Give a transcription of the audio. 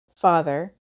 father